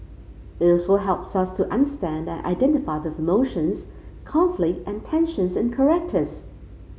it also helps me to understand and identify with emotions conflict and tensions in characters